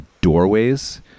doorways